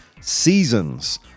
seasons